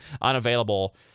unavailable